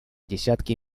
десятки